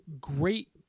great